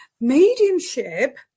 mediumship